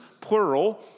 plural